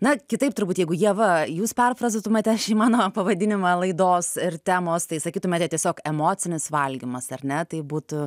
na kitaip turbūt jeigu ieva jūs perfrazuotumėte šį mano pavadinimą laidos ir temos tai sakytumėte tiesiog emocinis valgymas ar ne tai būtų